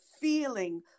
feeling